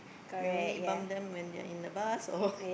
we only bump them when they are in the bus or